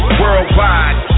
worldwide